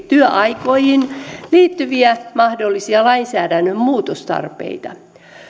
työaikoihin liittyviä mahdollisia lainsäädännön muutostarpeita